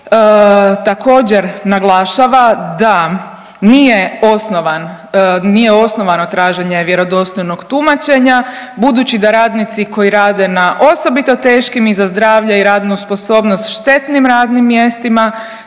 također naglašava da nije osnovan, nije osnovano traženje vjerodostojnog tumačenja budući da radnici koji rade na osobito teškim i za zdravlje i radnu sposobnost štetnim radnim mjestima